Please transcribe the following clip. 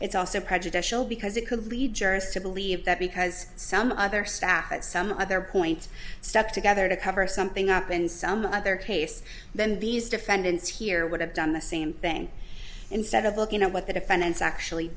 it's also prejudicial because it could lead jurors to believe that because some other staff at some other point stuck together to cover something up in some other case then these defendants here would have done the same thing instead of looking at what the defendants actually